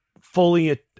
fully